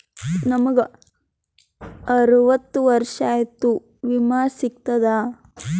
ನಮ್ ಗ ಅರವತ್ತ ವರ್ಷಾತು ವಿಮಾ ಸಿಗ್ತದಾ?